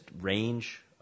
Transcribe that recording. range